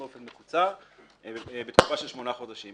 באופן מקוצר בתקופה של שמונה חודשים.